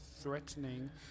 threatening